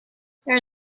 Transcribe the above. there